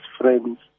friends